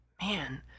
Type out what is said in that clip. man